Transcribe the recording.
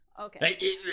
okay